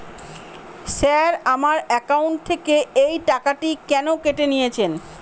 Sir আমার account থেকে এই টাকাটি কেন কেটে নিয়েছেন?